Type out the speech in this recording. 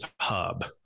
hub